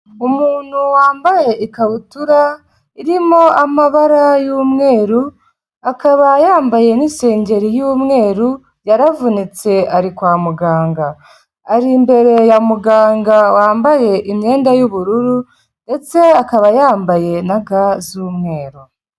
Umuntu wambaye ikabutura irimo amabara y'umweru, akaba yambaye n'isengeri y'umweru, yaravunitse, ari kwa muganga, ari imbere ya muganga wambaye imyenda y'ubururu ndetse akaba yambaye na ga z'umweru.